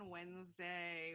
Wednesday